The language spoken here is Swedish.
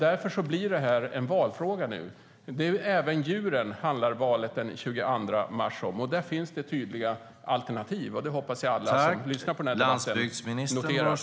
Därför blir detta nu en valfråga. Valet den 22 mars handlar även om djuren. Där finns det tydliga alternativ. Det hoppas jag att alla som lyssnar på den här debatten noterar.